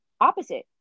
opposite